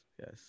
Yes